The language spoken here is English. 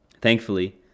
Thankfully